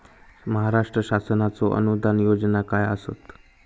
महाराष्ट्र शासनाचो अनुदान योजना काय आसत?